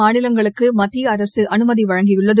மாநிலங்களுக்கு மத்திய அரசு அனுமதி அளித்துள்ளது